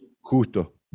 justo